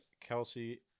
Kelsey